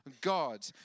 God